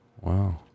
wow